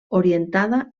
orientada